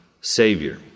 Savior